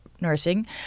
nursing